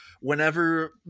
whenever